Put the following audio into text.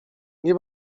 nie